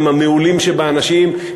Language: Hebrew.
הם המעולים שבאנשים,